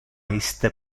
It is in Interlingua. iste